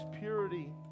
purity